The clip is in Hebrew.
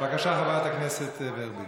בבקשה, חברת הכנסת ורבין.